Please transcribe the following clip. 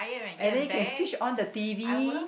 and then you can switch on the t_v